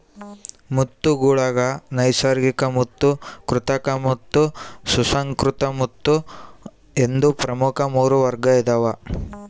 ಮುತ್ತುಗುಳಾಗ ನೈಸರ್ಗಿಕಮುತ್ತು ಕೃತಕಮುತ್ತು ಸುಸಂಸ್ಕೃತ ಮುತ್ತು ಎಂದು ಪ್ರಮುಖ ಮೂರು ವರ್ಗ ಇದಾವ